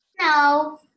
No